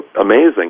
amazing